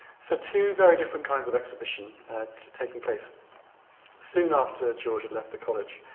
so two very different kinds of exhibition taking place soon after george had left the college.